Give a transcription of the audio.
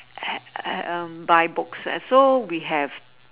um buy books so we have